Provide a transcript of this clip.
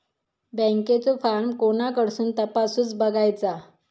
बँकेचो फार्म कोणाकडसून तपासूच बगायचा?